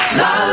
la